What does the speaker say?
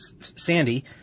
Sandy